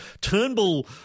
Turnbull